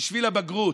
בשביל הבגרות.